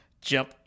jump